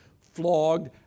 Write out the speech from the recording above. flogged